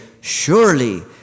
surely